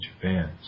Japan